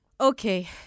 Okay